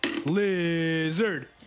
Lizard